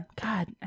God